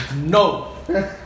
No